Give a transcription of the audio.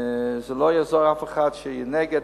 ולא יעזור לאף אחד שהוא יהיה נגד.